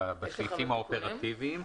בסעיפים האופרטיביים.